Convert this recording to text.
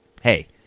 Hey